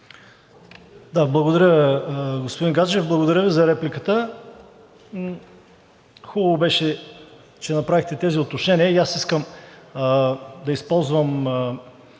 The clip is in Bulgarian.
Благодаря, Господин Гаджев, благодаря Ви за репликата. Хубаво беше, че направихте тези уточнения и аз искам да използвам